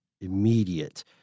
immediate